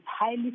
highly